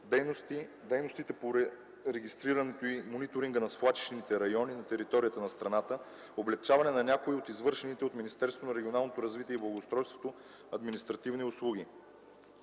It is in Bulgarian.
дейностите по регистрирането и мониторинга на свлачищните райони на територията на страната, облекчаване на някои от извършените от